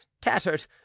tattered